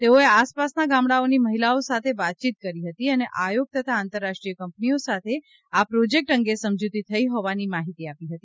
તેઓએ આસપાસના ગામડાઓની મહિલાઓ સાથે વાતચીત કરી હતી અને આયોગ તથા આંતરરાષ્ટ્રીય કંપનીઓ સાથે આ પ્રોજેક્ટ અંગે સમજૂતી થઇ હોવાની માહિતી આપી હતી